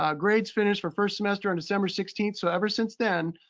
um grades finished for first semester on december sixteenth. so ever since then,